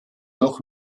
noch